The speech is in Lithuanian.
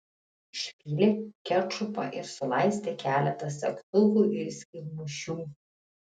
išpylė kečupą ir sulaistė keletą segtuvų ir skylmušių